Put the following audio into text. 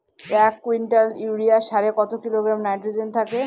এক quintal urea সারে কত কিলোগ্রাম নাইট্রোজেন থাকে?